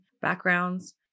backgrounds